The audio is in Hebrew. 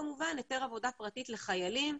כמובן היתר עבודה פרטית לחיילים,